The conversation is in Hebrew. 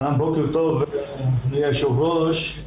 בוקר טוב אדוני היושב ראש.